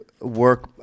work